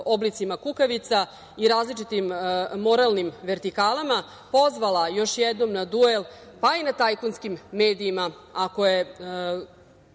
oblicima kukavica i različitim moralnim vertikalama, pozvala još jednom na duel, pa i na tajkunskim medijima, ako je